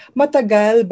matagal